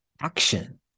action